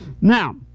Now